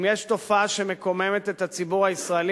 אם יש תופעה שמקוממת את הציבור הישראלי,